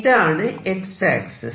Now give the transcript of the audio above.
ഇതാണ് X axis